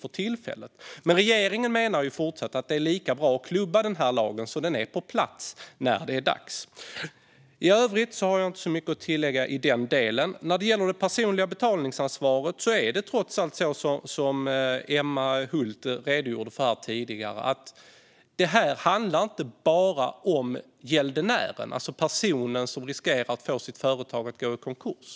Regeringen menar dock även fortsättningsvis att det är lika bra att klubba den här lagen så att den finns på plats när det är dags. I övrigt har jag inte särskilt mycket att tillägga i denna del. När det gäller det personliga betalningsansvaret är det trots allt så som Emma Hult redogjorde för tidigare. Det här handlar inte bara om gäldenären, det vill säga den person som riskerar att få sitt företag försatt i konkurs.